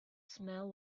smell